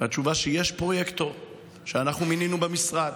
והתשובה היא שיש פרויקטור שאנחנו מינינו במשרד.